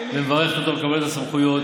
מברכת אותו על קבלת הסמכויות,